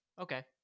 Okay